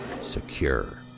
Secure